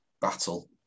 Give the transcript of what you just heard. battle